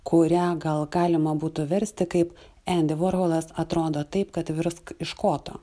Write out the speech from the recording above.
kurią gal galima būtų versti kaip endi vorholas atrodo taip kad virsk iš koto